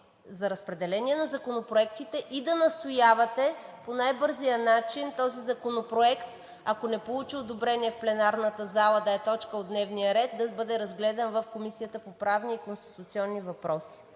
за разпределение на законопроектите и да настоявате по най-бързия начин този законопроект, ако не получи одобрение в пленарната зала да е точка от дневния ред, да бъде разгледан в Комисията по правни и конституционни въпроси.